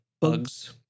bugs